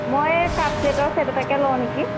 মই কাপ প্লেটৰ ছেট এটাকে লওঁ নেকি